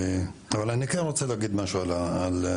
אבל אני כן רוצה להגיד משהו על הנציבות.